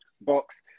box